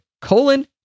colon